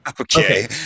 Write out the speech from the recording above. Okay